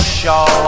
show